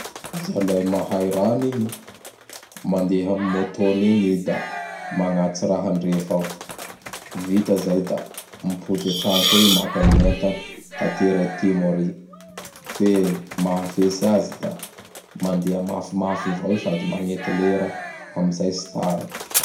Zalahy mahay raha anigny. Mandeha am motonigny i da manatitsy raha andrefa ao. Vita zay da mipody an-tragno koa i maka gny enta atery antimo ary. Fe mahafetsy azy da mandeha mafimafy avao i sady magnety lera amizay tsy tara.